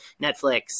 Netflix